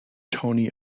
tony